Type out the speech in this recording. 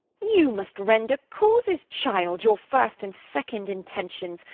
you must render causes, child, your first and second intentions,